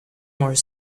more